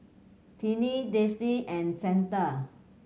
Tiney Daisey and Santa